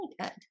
good